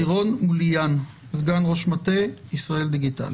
לירון מוליאן, סגן ראש מטה ישראל דיגיטלית.